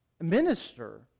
Minister